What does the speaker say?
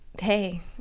hey